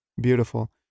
Beautiful